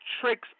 Tricks